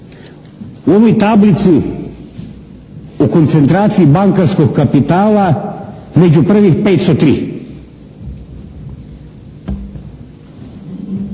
U onoj tablici u koncentraciji bankarskog kapitala među prvih pet